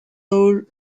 taol